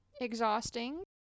exhausting